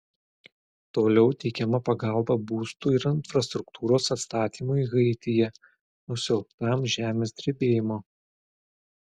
toliau teikiama pagalba būstų ir infrastruktūros atstatymui haityje nusiaubtam žemės drebėjimo